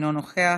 אינו נוכח.